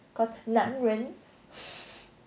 cause 男人